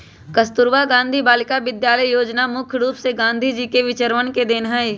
कस्तूरबा गांधी बालिका विद्यालय योजना मुख्य रूप से गांधी जी के विचरवन के देन हई